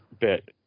bit